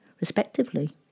respectively